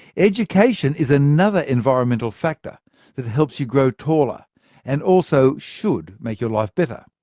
education is another environmental factor that helps you grow taller and also should make your life better.